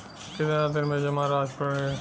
कितना दिन में जमा राशि बढ़ी?